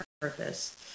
purpose